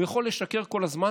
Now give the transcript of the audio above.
הוא יכול לשקר כל הזמן,